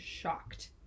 shocked